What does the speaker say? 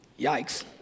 yikes